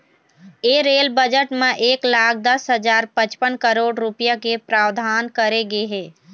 ए rail budget म एक लाख दस हजार पचपन करोड़ रूपिया के प्रावधान करे गे हे